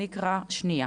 אני אקרא שנייה